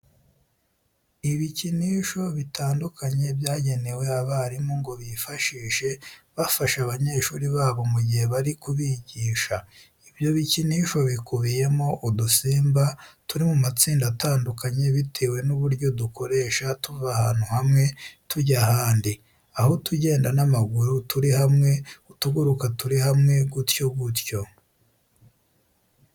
Ibikinisho bitandukanye byagenewe abarimu ngo bifashishe bafasha abanyeshuri babo mu gihe bari kubigisha; ibyo bikinisho bikubiyemo udusimba turi mu matsinda atandukanye bitewe n'uburyo dukoresha tuva ahantu hamwe tujya ahandi, aho utugenda n'amaguru turi hamwe, utuguruka turi hamwe gutyo gutyo.